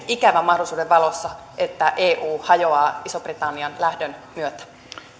ikävän mahdollisuuden valossa että eu hajoaa ison britannian lähdön myötä